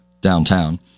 downtown